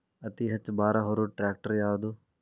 ಅತಿ ಹೆಚ್ಚ ಭಾರ ಹೊರು ಟ್ರ್ಯಾಕ್ಟರ್ ಯಾದು?